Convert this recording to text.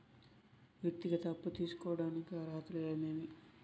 వ్యక్తిగత అప్పు తీసుకోడానికి అర్హతలు ఏమేమి